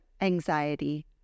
anxiety